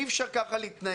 כך אי אפשר להתנהל.